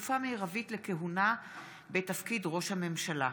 (תקופה מרבית לכהונה בתפקיד ראש הממשלה).